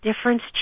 difference